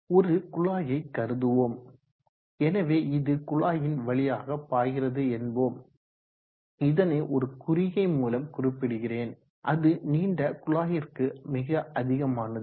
ஒரு குழாயை கருதுவோம் எனவே இது குழாயின் வழியாக வருகிறது என்போம் இதனை ஒரு குறிகை மூலம் குறிப்பிடுகிறேன் அது நீண்ட குழாயிற்கு மிக அதிகமானது